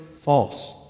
false